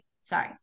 sorry